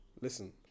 Listen